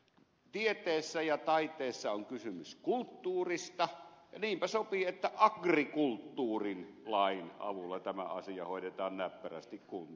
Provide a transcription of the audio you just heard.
tieteessä ja taiteessa on kysymys kulttuurista ja niinpä sopii että agrikulttuurilain avulla tämä asia hoidetaan näppärästi kuntoon